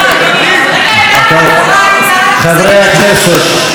חברי הכנסת, מספיק.